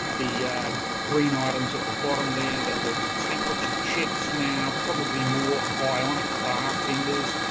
the green items at the bottom there, that there will be temperature checks now, probably more bionic bartenders,